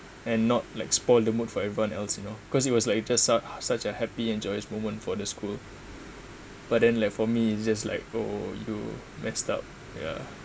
and not like spoil the mood for everyone else you know because it was just su~ such a happy and joyest moment for the school but then like for me it's just like oh you messed up yeah